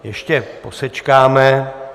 Ještě posečkáme.